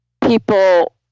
people